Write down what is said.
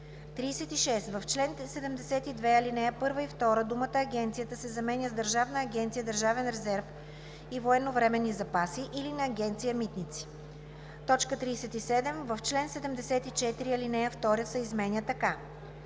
36. В чл. 72, ал. 1 и 2 думата „агенцията“ се заменя с „Държавна агенция „Държавен резерв и военновременни запаси“ или на Агенция „Митници“. 37. В чл. 74 ал. 2 се изменя така: